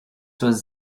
was